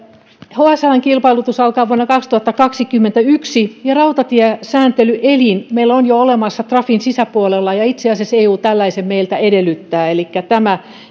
hsln kilpailutus alkaa vuonna kaksituhattakaksikymmentäyksi ja rautatiesääntelyelin meillä on jo olemassa trafin sisäpuolella ja itse asiassa eu tällaista meiltä edellyttää elikkä tämä